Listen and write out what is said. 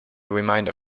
remainder